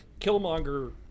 Killmonger